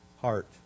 heart